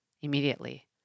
Immediately